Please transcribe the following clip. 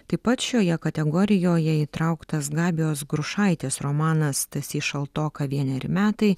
taip pat šioje kategorijoje įtrauktas gabijos grušaitės romanas stasys šaltoka vieneri metai